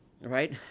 right